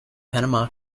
panama